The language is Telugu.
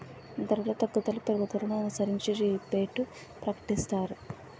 ధరలు తగ్గుదల పెరుగుదలను అనుసరించి రిబేటు ప్రకటిస్తారు